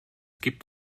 gibt